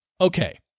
okay